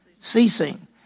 ceasing